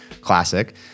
classic